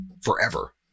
forever